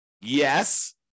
Yes